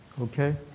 Okay